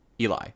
Eli